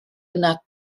yna